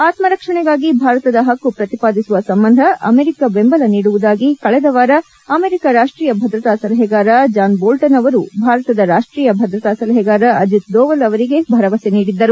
ಆತ್ಮರಕ್ಷಣೆಗಾಗಿ ಭಾರತದ ಹಕ್ಕು ಪ್ರತಿಪಾದಿಸುವ ಸಂಬಂಧ ಅಮೆರಿಕ ದೆಂಬಲ ನೀಡುವುದಾಗಿ ಕಳೆದವಾರ ಅಮೆರಿಕ ರಾಷ್ಷೀಯ ಭದ್ರತಾ ಸಲಹೆಗಾರ ಜಾನ್ ಬೊಲ್ಲನ್ ಅವರು ಭಾರತದ ರಾಷ್ಷೀಯ ಭದ್ರತಾ ಸಲಹೆಗಾರ ಅಜಿತ್ ದೋವೆಲ್ ಅವರಿಗೆ ಭರವಸೆ ನೀಡಿದ್ದರು